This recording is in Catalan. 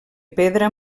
pedra